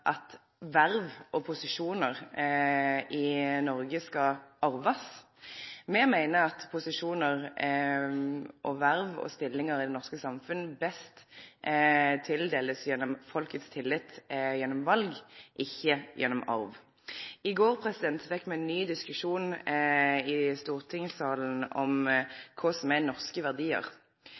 at verv og posisjonar i Noreg skal arvast. Me meiner at posisjonar, verv og stillingar i det norske samfunnet best blir tildelte gjennom folkets tillit gjennom val, ikkje gjennom arv. I går fekk me ein ny diskusjon i stortingssalen om kva som er norske verdiar.